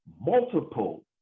multiple